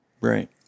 Right